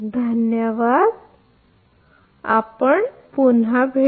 धन्यवाद आपण भेटू